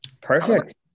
Perfect